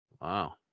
Wow